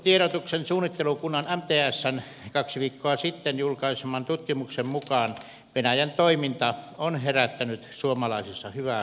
maanpuolustustiedotuksen suunnittelukunnan mtsn kaksi viikkoa sitten julkaiseman tutkimuksen mukaan venäjän toiminta on herättänyt suomalaisissa syvää huolta